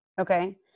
Okay